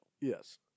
Yes